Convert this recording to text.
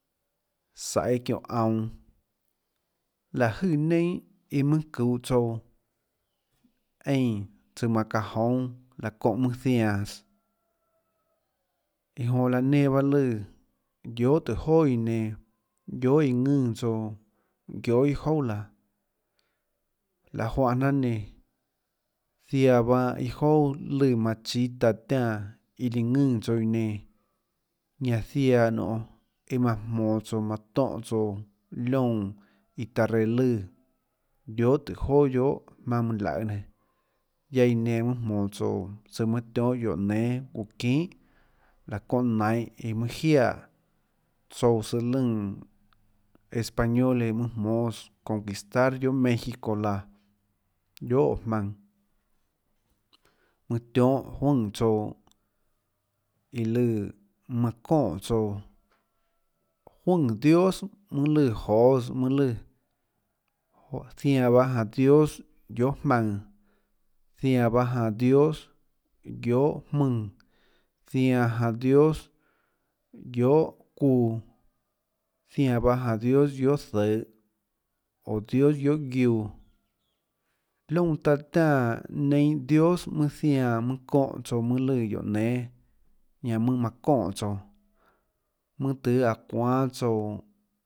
Saiê çióhå aunå láhå jøè neinâ iã mønâ çuuhå tsouã eínã tsøã manã çaã joúnâ laã çóhã mønâ zianãs iã jonã laã nenã bahâ lùã guiohà tùhå joà iã nenã guiohà iã ðùnã tsouã guiohà iâ jouà laã laê juáhã jnanà nenã ziaã bahâ iâ jouà lùã manã chíâ taã tiánã iã líã ðùnã tsouã iã nenã ñanã ziaã nionê jmonå tsouã manã tóhã tsouã liónã iã taã reã lùã guiohà tùhå joà guiohà jmaønâ manã laøê nenã guiaâ iã nenã mønâ jmonå tsouã tsøã mønâ tionhâ guióå nénâ uã çinhà laã çóhã nainhå iã mønâ jiaè tsouã søã lùnã españoles mønâ jmónâs conþistar guiohà méxico laã guiohà óå jmaønã mønâ tionhâ juønè tsouã iã lùã manã çonè tsouã juønè dios mønâ lùnã joês mønâ lùã juáhã zianã bahâ janã dios guiohà jmaønã zianã bahâ janã dios guiohà jmónã zianã janã dios guiohà çuuã zianã bahâ janã dios guiohà zøhå oã dios guioh guiuã liónã taã tiánã neinâ dios mønâ zianã mønâ çóhã tsouã mønâ lùã guióå nénâ ñanã mønâ manã çonè tsouã mønâ tøhê aã çuánâ tsouã.